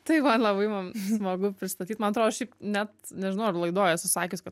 tai va labai mum smagu pristatyt man atrodo šiaip net nežinau ar laidoj esu sakius kad